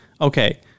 Okay